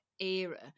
era